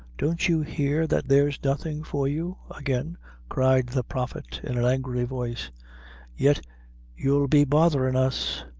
don't you hear that there's nothing for you? again cried the prophet, in an angry voice yet you'll be botherin' us!